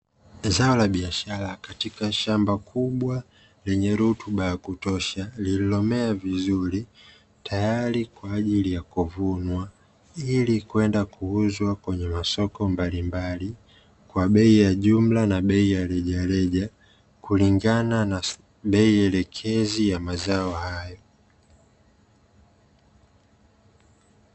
Zao la biashara katika shamba kubwa lenye rutuba ya kutosha lililomea vizuri tayari kwa ajili ya kuvunwa ili kwenda kuuzwa, kwenye masoko mbalimbali kwa bei ya jumla na bei ya rejareja, kulingana na bei elekezi ya mazao hayo.